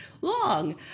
long